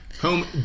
Home